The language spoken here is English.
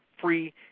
free